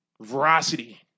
veracity